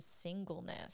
singleness